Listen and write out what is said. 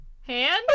Hand